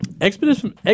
Expedition